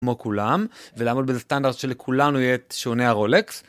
כמו כולם ולעמוד בסטנדרט של כולנו יהיה את שעוני הרולקס.